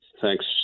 Thanks